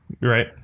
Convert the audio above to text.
Right